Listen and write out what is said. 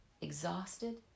exhausted